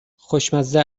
خوشمزه